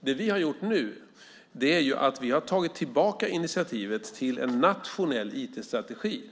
Det vi nu har gjort är att ta tillbaka initiativet till en nationell IT-strategi.